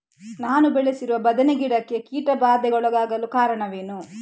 ನಾನು ಬೆಳೆಸಿರುವ ಬದನೆ ಗಿಡಕ್ಕೆ ಕೀಟಬಾಧೆಗೊಳಗಾಗಲು ಕಾರಣವೇನು?